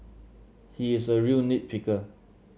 he is a real nit picker